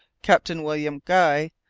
captain william guy,